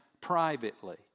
privately